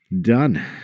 Done